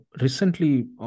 recently